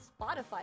spotify